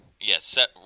yes